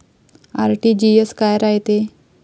RTGS काय रायते?